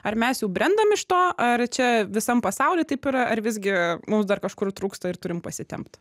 ar mes jau brendam iš to ar čia visam pasauly taip yra ar visgi mums dar kažkur trūksta ir turim pasitempt